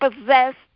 possessed